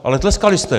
Ale tleskali jste.